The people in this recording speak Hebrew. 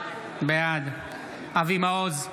בעד אבי מעוז,